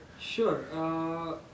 Sure